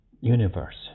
universe